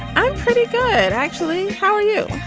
i'm pretty good actually. how are you.